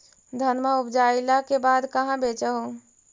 धनमा उपजाईला के बाद कहाँ बेच हू?